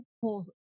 pulls